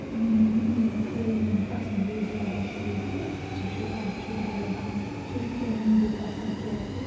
میٛٲنۍ میٛٲنۍ یِم فیو یِم پسنٛدیٖد جگہ چھِ ییٚتہِ سُہ چھُ اَکھ چھُ پہلگام سُہ چھُ مےٚ اَمہِ موٗجوٗب پَسنٛد کیٛازِکہِ